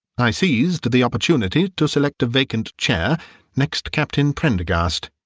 i seized the opportunity to select a vacant chair next captain prendergast.